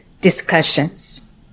discussions